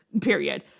Period